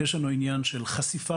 יש לנו עניין של חשיפה,